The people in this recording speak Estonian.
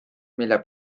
mille